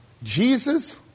Jesus